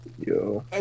Yo